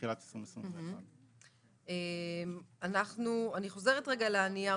תחילת שנת 2021. אני חוזרת רגע לנייר